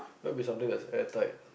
that will be something that is airtight